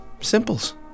Simples